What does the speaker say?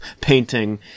painting